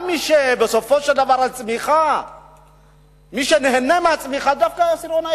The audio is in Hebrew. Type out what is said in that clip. גם מי שבסופו של דבר נהנה מהצמיחה זה דווקא העשירון העליון.